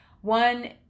one